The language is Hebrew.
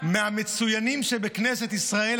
מהמצוינים בכנסת ישראל,